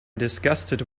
disgusted